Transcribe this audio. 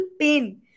pain